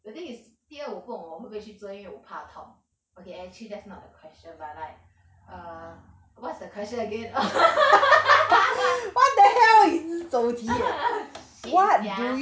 the thing is fear 我不懂我会不会去做吗因为我怕痛 okay actually that's not the question but like err what's the question again 气 sia